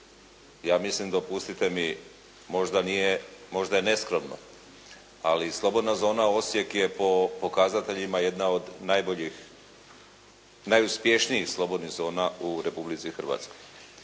Ja mislim dopustite mi možda nije, možda je neskromno ali slobodna zona Osijek je po pokazateljima jedna od najboljih, najuspješnijih slobodnih zona u Republici Hrvatskoj.